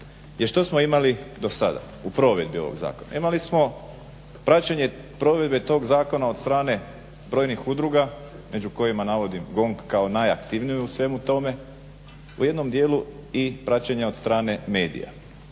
Jer što smo imali do sada u provedbi ovog zakona? Imali smo praćenje provedbe tog zakona od strane brojnih udruga među kojima navodim GONG kao najaktivniju u svemu tome, u jednom dijelu i praćenja od strane medija.